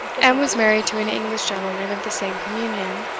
and was married to an english gentleman of the same communion,